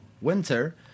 winter